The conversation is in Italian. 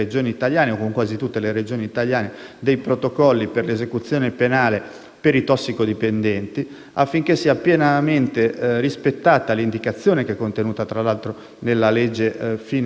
dei protocolli per l'esecuzione penale per i tossicodipendenti, affinché sia pienamente rispettata l'indicazione, contenuta tra l'altro nella legge Fini-Giovanardi, che consente l'esecuzione